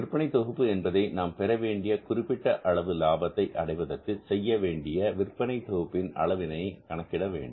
விற்பனை தொகுப்பு என்பதை நாம் பெறவேண்டிய குறிப்பிட்ட அளவு லாபத்தை அடைவதற்கு செய்யவேண்டிய விற்பனை தொகுப்பின்அளவினை கணக்கிட வேண்டும்